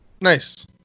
nice